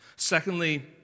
Secondly